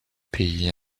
pays